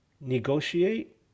negotiate